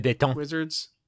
wizards